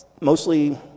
mostly